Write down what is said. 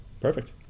perfect